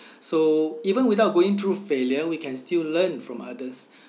so even without going through failure we can still learn from others